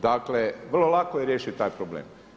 Dakle, vrlo lako je riješiti taj problem.